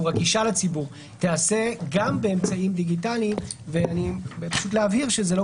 לציבור תיעשה גם באמצעים דיגיטליים ופשוט להבהיר שזה לא